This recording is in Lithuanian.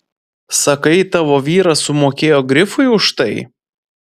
sakai tavo vyras sumokėjo grifui už tai